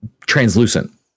translucent